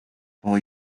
for